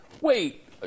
wait